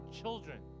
children